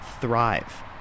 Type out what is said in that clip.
thrive